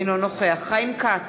אינו נוכח חיים כץ,